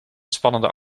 spannende